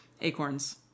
acorns